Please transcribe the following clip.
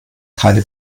keine